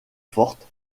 forte